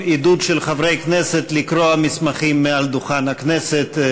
עידוד של חברי כנסת לקרוע מסמכים מעל דוכן הכנסת.